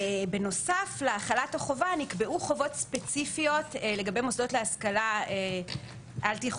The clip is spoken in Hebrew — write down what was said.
בנוסף להחלת החובה נקבעו חובות ספציפיות לגבי מוסדות להשכלה על-תיכונית.